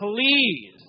please